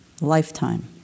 lifetime